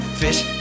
fish